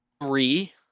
three